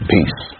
Peace